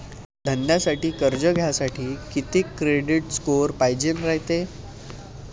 धंद्यासाठी कर्ज घ्यासाठी कितीक क्रेडिट स्कोर पायजेन रायते?